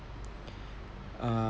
um~